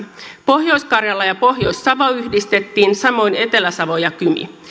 pohjois karjala ja pohjois savo yhdistettiin samoin etelä savo ja kymi